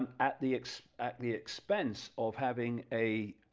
at the at the expense of having a